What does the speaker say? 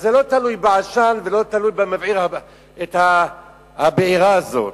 אז זה לא תלוי בעשן ולא תלוי במבעיר הבעירה הזאת.